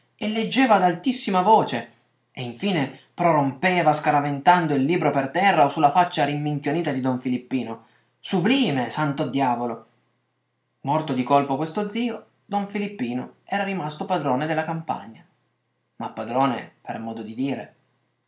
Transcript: e leggeva ad altissima voce e in fine prorompeva scaraventando il libro per terra o su la faccia rimminchionita di don filippino sublime santo diavolo morto di colpo questo zio don filippino era rimasto padrone della campagna ma padrone per modo di dire